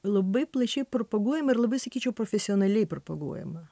labai plačiai propaguojama ir labai sakyčiau profesionaliai propaguojama